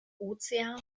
ozeans